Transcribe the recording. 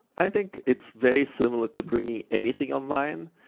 i think it's very similar to bringing anything online.